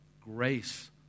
grace